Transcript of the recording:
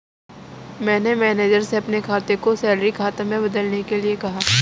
मैंने मैनेजर से अपने खाता को सैलरी खाता में बदलने के लिए कहा